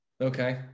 Okay